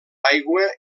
aigua